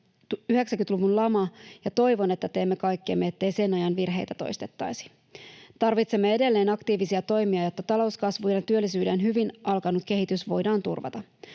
90-luvun lama, ja toivon, että teemme kaikkemme, ettei sen ajan virheitä toistettaisi. Tarvitsemme edelleen aktiivisia toimia, jotta talouskasvu ja työllisyyden hyvin alkanut kehitys voidaan turvata.